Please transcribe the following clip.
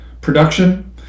production